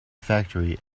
factory